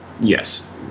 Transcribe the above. Yes